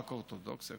רק אורתודוקסיה,